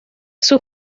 sus